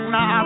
Now